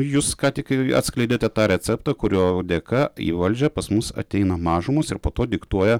jūs ką tik atskleidėte tą receptą kurio dėka į valdžią pas mus ateina mažumos ir po to diktuoja